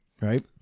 Right